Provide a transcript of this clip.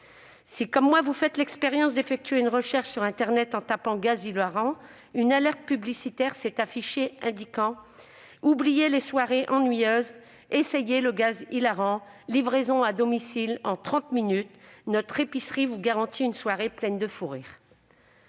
comme moi l'expérience d'effectuer une recherche sur internet ; quand j'ai tapé « gaz hilarant », une alerte publicitaire s'est affichée indiquant :« Oubliez les soirées ennuyeuses, essayez le gaz hilarant ! Livraison à domicile en 30 minutes ! Notre épicerie vous garantit une soirée pleine de fou rire !